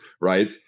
Right